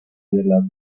della